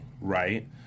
right